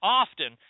often